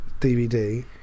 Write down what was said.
DVD